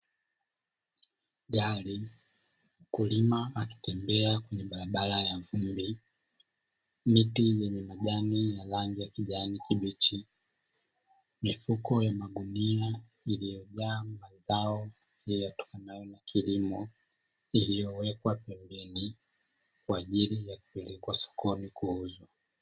Gari, mkulima akitembea kwenye barabara ya vumbi, miti yenye majani ya rangi ya kijani kibichi, mifuko ya magunia iliyojaa mazao yatokanayo na kilimo, iliyowekwa pembeni, kwaajili ya kupelekwa sokoni kuuzwa.